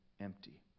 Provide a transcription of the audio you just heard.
empty